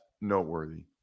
noteworthy